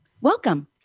Welcome